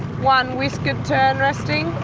one whiskered tern resting,